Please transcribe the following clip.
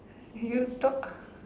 you talk